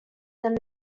than